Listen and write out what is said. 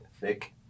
thick